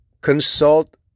consult